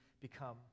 become